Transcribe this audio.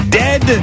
dead